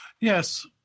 Yes